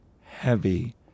heavy